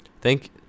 thank